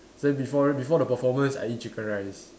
then before before the performance I eat chicken rice